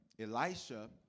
Elisha